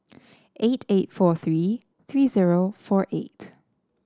eight eight four three three zero four eight